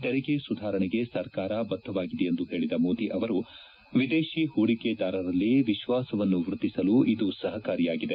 ತೆರಿಗೆ ಸುಧಾರಣೆಗೆ ಸರ್ಕಾರ ಬದ್ದವಾಗಿದೆ ಎಂದು ಹೇಳಿದ ಮೋದಿ ಅವರು ವಿದೇಶಿ ಪೂಡಿಕೆದಾರರಲ್ಲಿ ವಿಶ್ವಾಸವನ್ನು ವ್ಯದ್ಧಿಸಲು ಇದು ಸಪಕಾರಿಯಾಗಿದೆ